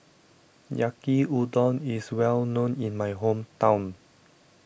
Yaki Udon is well known in my hometown